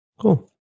Cool